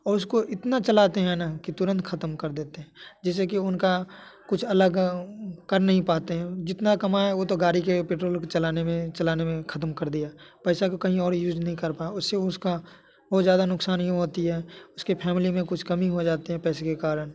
और उसको इतना चलाते हैं ना कि तुरंत ख़त्म कर देते हैं जैसे कि उनका कुछ अलग कर नहीं पाते हैं जितना कमाया वो तो गाड़ी के पेट्रोल को चलाने में चलाने में ख़त्म कर दिया पैसे को कहीं और यूज़ नहीं कर पाया उससे उसका बहुत ज़्यादा नुक़सान होता है उसके फैमिली में कुछ कमी हो जाती है पैसे के कारण